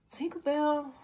Tinkerbell